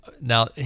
Now